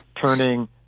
turning